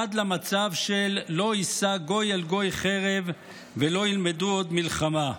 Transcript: עד למצב של "לא ישא גוי אל גוי חרב ולא ילמדו עוד מלחמה".